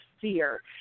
fear